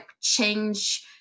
change